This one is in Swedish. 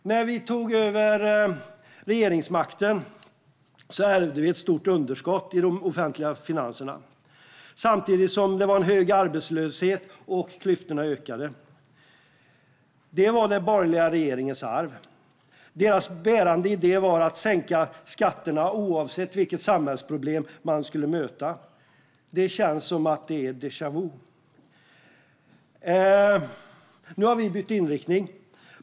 När vi tog över regeringsmakten ärvde vi ett stort underskott i de offentliga finanserna samtidigt som det var en hög arbetslöshet och klyftorna ökade. Det var den borgerliga regeringens arv. Deras bärande idé var att sänka skatterna oavsett vilket samhällsproblem de skulle möta. Det känns som att det är déjà vu. Nu har vi bytt inriktning.